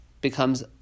becomes